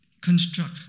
construct